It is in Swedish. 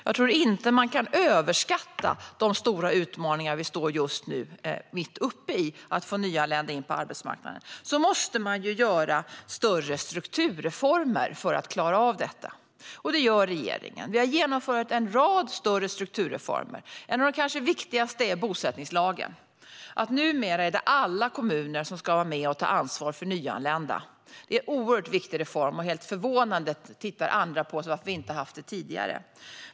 Jag tror inte att man kan överskatta de stora utmaningar som vi nu står mitt uppe i - att få in nyanlända på arbetsmarknaden. Man måste göra större strukturreformer för att klara av detta, och det gör regeringen. Vi har genomfört en rad större strukturreformer. En av de kanske viktigaste är bosättningslagen. Numera ska alla kommuner vara med och ta ansvar för nyanlända. Det är en oerhört viktig reform, och det är helt förvånande för andra att vi inte har haft det tidigare.